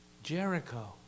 Jericho